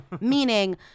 meaning